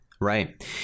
right